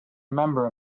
member